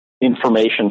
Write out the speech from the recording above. information